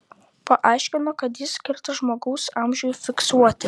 paaiškino kad jis skirtas žmogaus amžiui fiksuoti